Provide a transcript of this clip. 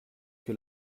que